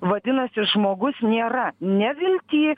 vadinasi žmogus nėra nevilty